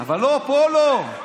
אבל פה לא.